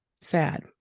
sad